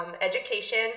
education